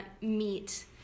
meet